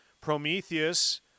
Prometheus